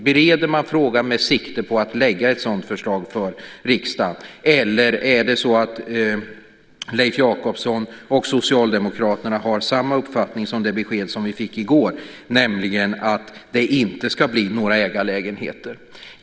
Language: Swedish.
Bereder man frågan med sikte på att lägga ett sådant förslag för riksdagen, eller har Leif Jakobsson och Socialdemokraterna samma uppfattning som i det besked vi fick i går, nämligen att det inte ska bli några ägarlägenheter?